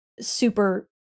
super